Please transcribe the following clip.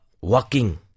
Walking